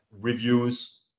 reviews